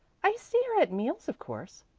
i see her at meals of course.